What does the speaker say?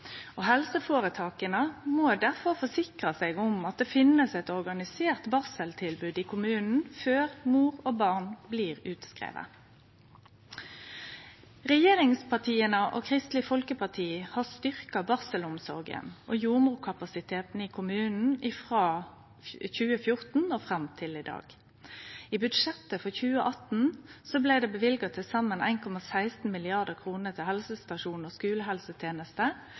kvinna. Helseføretaka må difor forsikre seg om at det finst eit organisert barseltilbod i kommunen, før mor og barn blir utskrivne. Regjeringspartia og Kristeleg Folkeparti har styrkt barselomsorga og jordmorkapasiteten i kommunane frå 2014 og fram til i dag. I budsjettet for 2018 blei det løyvd til saman 1,16 mrd. kr til helsestasjons- og skulehelsetenesta. Av det var 853,3 mill. kr ein auke i dei frie inntektene til